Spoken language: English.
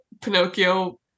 Pinocchio